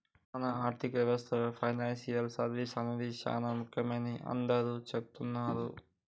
మన ఆర్థిక వ్యవస్థలో పెనాన్సియల్ సర్వీస్ అనేది సానా ముఖ్యమైనదని అందరూ సెబుతున్నారు